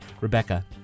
Rebecca